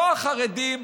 לא החרדים,